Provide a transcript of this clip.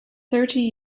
thirty